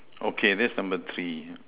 okay that's number three